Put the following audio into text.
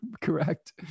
correct